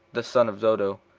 the son of dodo,